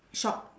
shop